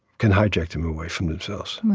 can hijack them away from themselves.